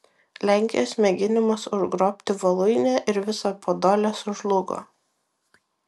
lenkijos mėginimas užgrobti voluinę ir visą podolę sužlugo